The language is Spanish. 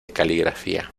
caligrafía